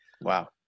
Wow